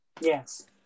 Yes